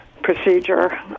procedure